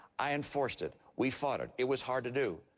i enforced it. we fought it. it was hard to do.